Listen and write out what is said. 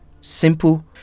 simple